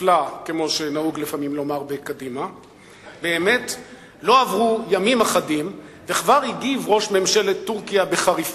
כל כך היה מוצלח הניסיון הזה לדיפלומטיה חדשה עד אשר במשרד החוץ,